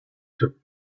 took